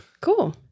Cool